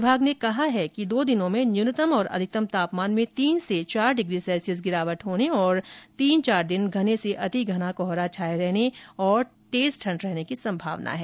विभाग ने कहा है कि दो दिनों में न्यूनतम और अधिकतम तापमान में तीन से चार डिग्री सैल्सियस गिरावट होने तथा तीन चार दिन घने से अति घना कोहरा छाए रहने और तेज ठंड रहने की संभावना है